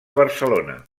barcelona